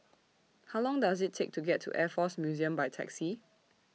How Long Does IT Take to get to Air Force Museum By Taxi